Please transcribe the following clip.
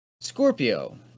scorpio